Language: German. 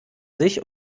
sich